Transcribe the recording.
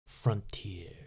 Frontier